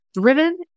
driven